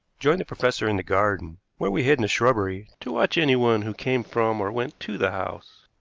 joined the professor in the garden, where we hid in a shrubbery to watch anyone who came from or went to the house.